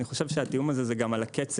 אני חושב שהתיאום הזה זה גם על הקצב,